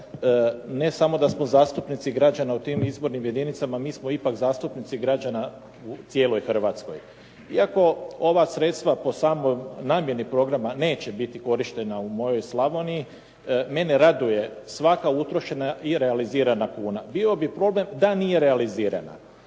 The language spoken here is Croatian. ne samo da smo zastupnici građana u tim izbornim jedinicama, mi smo ipak zastupnici građana u cijeloj Hrvatskoj. Iako ova sredstva po samoj namjeni programa neće biti korištena u mojoj Slavoniji mene raduje svaka utrošena i realizirana kuna. bio bi problem da nije realizirana.